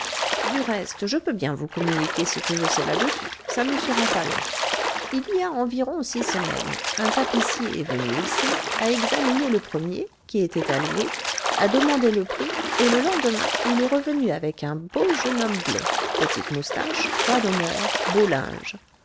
du reste je peux bien vous communiquer ce que je sais là-dessus ça ne sera pas long il y a environ six semaines un tapissier est venu ici a examiné le premier qui était à louer a demandé le prix et le lendemain il est revenu avec un beau jeune homme blond petites moustaches croix d'honneur